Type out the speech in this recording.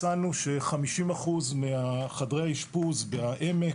מצאנו ש-50% מהחדרים באשפוז בעמק,